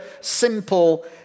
simple